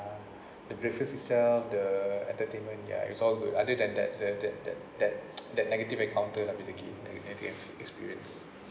the breakfast itself the entertainment ya it's all good other than that that that that that that negative encounter lah basically the negative experience